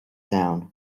down